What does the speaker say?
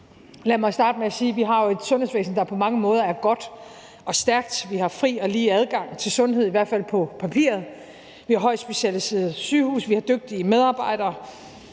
Lad mig starte med at sige, at vi har et sundhedsvæsen, der på mange måder er godt og stærkt. Vi har fri og lige adgang til sundhed, i hvert fald på papiret; vi har højt specialiserede sygehuse; vi har dygtige medarbejdere;